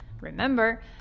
Remember